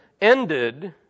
ended